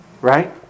right